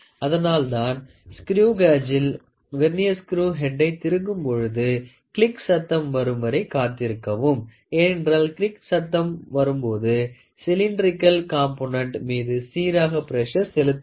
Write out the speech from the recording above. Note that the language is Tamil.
அதனால் தான் ஸ்கிரேவ் காஜில் வெர்னியர் ஸ்குரூ ஹெட்டை திருகும் பொழுது கிளிக் சத்தம் வரும் வரை காத்திருக்கவும் ஏனென்றால் கிளிக் சத்தம் வரும் போது சிலிண்டரிகள் காம்போனென்ட் மீது சீராக பிரஷர் செலுத்தப்படும்